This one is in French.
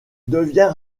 devient